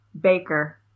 Baker